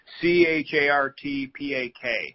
C-H-A-R-T-P-A-K